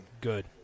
Good